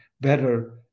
better